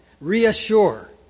reassure